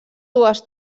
dues